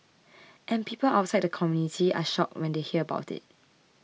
and people outside the community are shocked when they hear about it